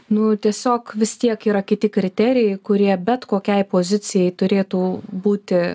nu tiesiog vis tiek yra kiti kriterijai kurie bet kokiai pozicijai turėtų būti